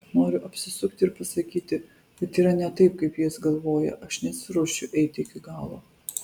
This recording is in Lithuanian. noriu apsisukti ir pasakyti kad yra ne taip kaip jis galvoja aš nesiruošiu eiti iki galo